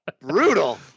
Brutal